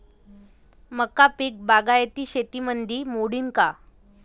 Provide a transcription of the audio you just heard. मका पीक बागायती शेतीमंदी मोडीन का?